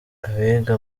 abiga